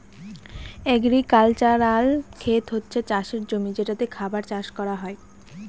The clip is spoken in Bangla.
এগ্রিক্যালচারাল খেত হচ্ছে চাষের জমি যেটাতে খাবার চাষ করা হয়